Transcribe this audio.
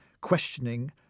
questioning